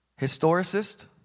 historicist